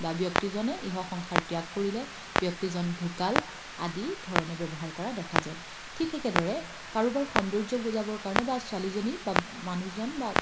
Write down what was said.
বা ব্যক্তিজনে ইহ সংসাৰ ত্যাগ কৰিলে ব্যক্তিজন ঢুকাল আদি ধৰণে ব্যৱহাৰ কৰা দেখা যায় ঠিক একেদৰে কাৰোবাৰ সৌন্দৰ্য্যক বুজাবৰ কাৰণে বা ছোৱালীজনী বা মানুহজন বা